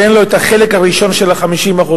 שאין לו החלק הראשון של ה-50%,